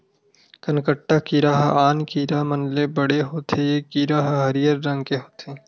कनकट्टा कीरा ह आन कीरा मन ले बड़े होथे ए कीरा ह हरियर रंग के होथे